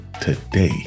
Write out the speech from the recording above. today